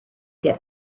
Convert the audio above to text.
get